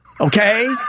Okay